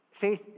Faith